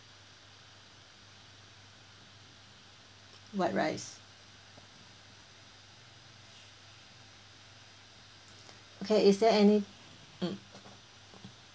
white rice okay is there any mm